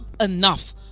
enough